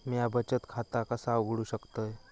म्या बचत खाता कसा उघडू शकतय?